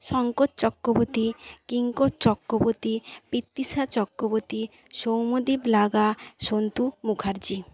শংকর চক্রবর্তী কিঙ্কর চক্রবর্তী পৃথিশা চক্রবর্তী সৌম্যদীপ লাগা সন্তু মুখাৰ্জী